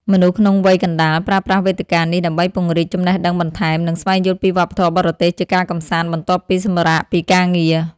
មនុស្សក្នុងវ័យកណ្ដាល ប្រើប្រាស់វេទិកានេះដើម្បីពង្រីកចំណេះដឹងបន្ថែម និងស្វែងយល់ពីវប្បធម៌បរទេសជាការកម្សាន្តបន្ទាប់ពីសម្រាកពីការងារ។